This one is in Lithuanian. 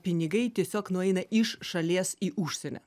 pinigai tiesiog nueina iš šalies į užsienį